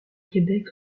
québec